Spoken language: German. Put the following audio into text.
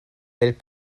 welt